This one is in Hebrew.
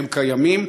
הם קיימים,